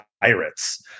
pirates